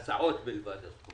זה להסעות בלבד הסכום הזה.